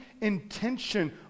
intention